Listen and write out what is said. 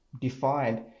defined